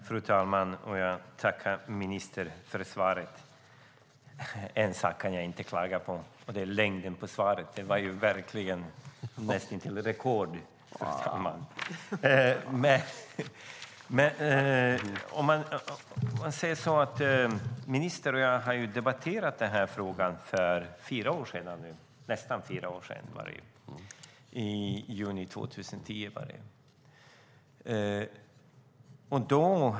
Fru talman! Jag tackar ministern för svaret. En sak kan jag inte klaga på, och det är längden på svaret. Det var verkligen näst intill rekord, fru talman. Ministern och jag debatterade den här frågan för nästan fyra år sedan, i juni 2010.